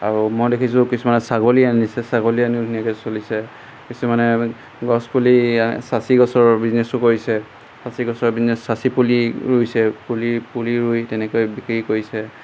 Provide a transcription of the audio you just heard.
আৰু মই দেখিছোঁ কিছুমানে ছাগলী আনিছে ছাগলী আনিও ধুনীয়াকৈ চলিছে কিছুমানে গছ পুলি সাঁচি গছৰ বিজনেছো কৰিছে সাঁচি গছৰ বিজনেছ সাঁচি পুলি ৰুইছে পুলি পুলি ৰুই তেনেকৈ বিক্ৰী কৰিছে